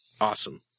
Awesome